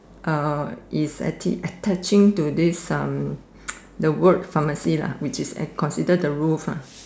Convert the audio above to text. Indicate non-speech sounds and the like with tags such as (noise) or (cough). uh is I think attaching to this um (noise) word pharmacy lah which is considered the roof ah